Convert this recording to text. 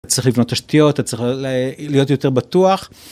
אתה צריך לבנות תשתיות, אתה צריך להיות יותר בטוח.